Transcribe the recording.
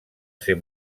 ser